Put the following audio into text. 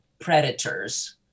predators